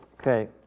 Okay